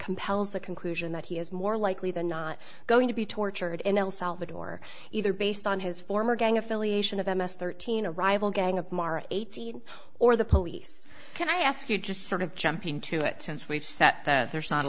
compels the conclusion that he is more likely than not going to be tortured in el salvador either based on his former gang affiliation of m s thirteen a rival gang of mara eighteen or the police can i ask you just sort of jumping to it since we've set that there's not a